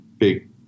Big